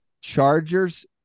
chargers